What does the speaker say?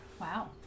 Wow